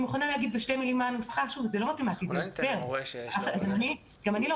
גם אני לא